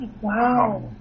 wow